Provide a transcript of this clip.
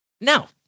Now